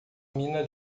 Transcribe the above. mina